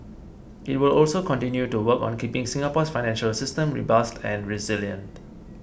it will also continue to work on keeping Singapore's financial system robust and resilient